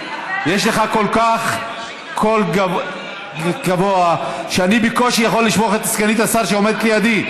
יש לך כל כך קול גבוה שאני בקושי יכול לשמוע את סגנית השר שעומדת לידי.